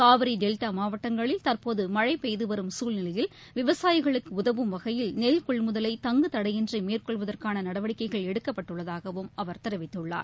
Kaveri delta மாவட்டங்களில் தற்போது மனழ பெய்து வரும் சூழ்நிலையில் விவசாயிகளுக்கு உதவும் வகையில் நெல் கொள்முதலை தங்கு தளடயின்றி மேற்கொள்வதற்கான நடவடிக்கை எடுக்கப்பட்டுள்ளதாகவும் அவர் தெரிவித்துள்ளார்